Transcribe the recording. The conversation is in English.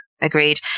Agreed